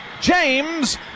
James